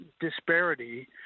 disparity –